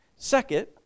Second